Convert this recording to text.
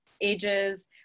ages